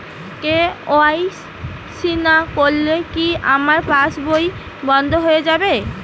KYC না করলে কি আমার পাশ বই বন্ধ হয়ে যাবে?